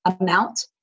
amount